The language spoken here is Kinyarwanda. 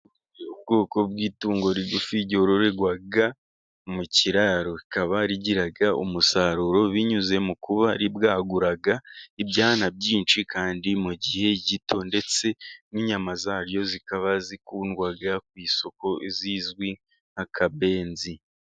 Ubwoko bw'itungo rigufi ryororerwa mu kiraro, rikaba rigira umusaruro binyuze mu kuba ribwagura ibyana byinshi kandi mu gihe gito, ndetse n'inyama zaryo zikaba zikundwa ku isoko zizwi nk'akabenzi.